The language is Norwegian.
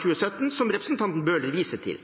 2017, slik representanten Bøhler viser til.